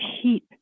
heap